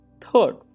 third